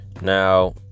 Now